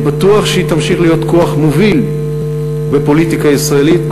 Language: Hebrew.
בטוח שהיא תמשיך להיות כוח מוביל בפוליטיקה הישראלית,